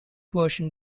version